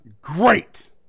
great